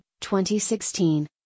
2016